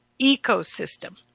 ecosystem